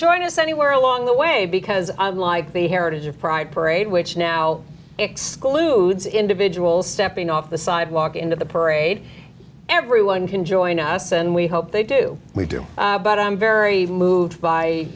join us anywhere along the way because like the heritage of pride parade which now excludes individuals stepping off the sidewalk into the parade everyone can join us and we hope they do we do but i'm very moved by